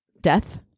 death